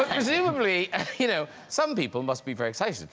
presumably you know some people must be very excited,